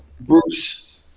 Bruce